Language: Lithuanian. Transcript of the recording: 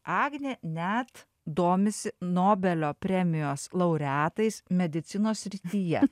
agnė net domisi nobelio premijos laureatais medicinos srityje